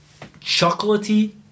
chocolatey